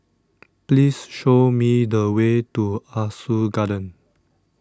please show me the way to Ah Soo Garden